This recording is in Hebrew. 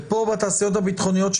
ופה בתעשיות הביטחוניות,